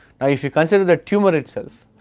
now if we consider the tumour itself,